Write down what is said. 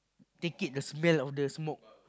take it the smell of the smoke